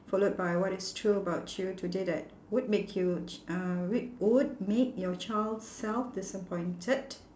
followed by what is true about you today that would make you ch~ uh wi~ would make your child self disappointed